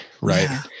right